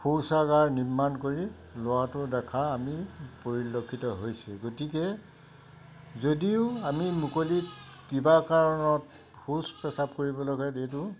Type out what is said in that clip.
শৌচাগাৰ নিৰ্মাণ কৰি লোৱাটো দেখা আমি পৰিলক্ষিত হৈছোঁ গতিকে যদিও আমি মুকলিত কিবা কাৰণত শৌচ পেচাব কৰিব লাগে যিটো